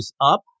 up